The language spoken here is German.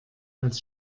als